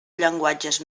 llenguatges